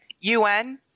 UN